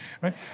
right